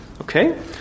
Okay